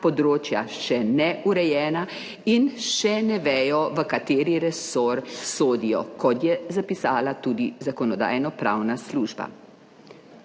še neurejena in še ne vejo, v kateri resor sodijo, kot je zapisala tudi Zakonodajno-pravna služba.